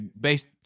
Based